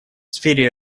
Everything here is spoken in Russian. сфере